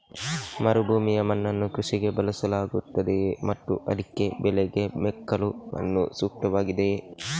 ಮರುಭೂಮಿಯ ಮಣ್ಣನ್ನು ಕೃಷಿಗೆ ಬಳಸಲಾಗುತ್ತದೆಯೇ ಮತ್ತು ಅಡಿಕೆ ಬೆಳೆಗೆ ಮೆಕ್ಕಲು ಮಣ್ಣು ಸೂಕ್ತವಾಗಿದೆಯೇ?